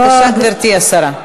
בבקשה, גברתי השרה.